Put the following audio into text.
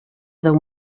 other